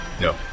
No